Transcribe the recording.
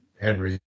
Henry